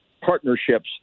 partnerships